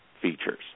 features